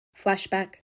Flashback